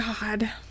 God